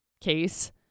case